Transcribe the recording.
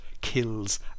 kills